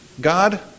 God